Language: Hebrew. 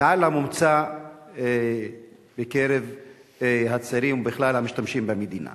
מעל לממוצע בקרב הצעירים וכלל המשתמשים במדינה.